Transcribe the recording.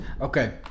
Okay